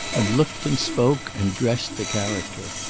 and looked and spoke and dressed the character.